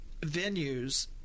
venues –